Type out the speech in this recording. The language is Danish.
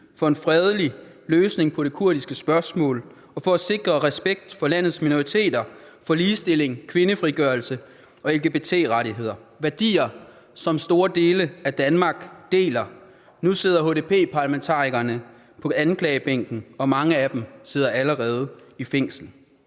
for en fredelig løsning på det kurdiske spørgsmål og for at sikre respekt for landets minoriteter, for ligestilling, kvindefrigørelse og LGBT-rettigheder – værdier, som store dele af Danmark deler. Nu sidder HDP-parlamentarikerne på anklagebænken, og mange af dem sidder allerede i fængsel.